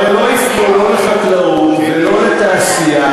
הן לא יפנו לא לחקלאות ולא לתעשייה,